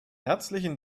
herzlichen